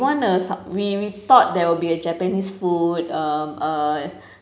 want a sub~ we thought there will be a japanese food um uh